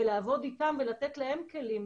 ולעבוד איתם ולתת להם כלים,